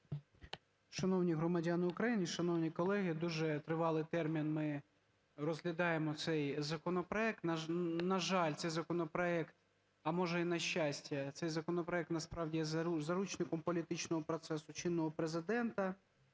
Шановні громадяни України! Шановні колеги! Дуже тривалий термін ми розглядаємо цей законопроект. На жаль, цей законопроект, а, може й на щастя, цей законопроект насправді є заручником політичного процесу чинного Президента.